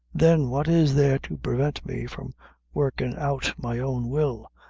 then, what is there to prevent me from workin' out my own will,